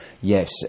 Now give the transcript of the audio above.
Yes